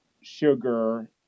sugar